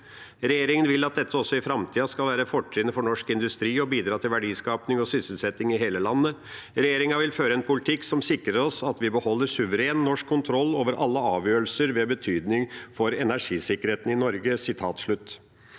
Regjeringen vil at dette også i framtiden skal være fortrinnet for norsk industri og bidra til verdiskaping og sysselsetting i hele landet.» Og videre: «Regjeringen vil føre en politikk som sikrer oss at vi beholder suveren norsk kontroll over alle avgjørelser med betydning for energisikkerheten i Norge.»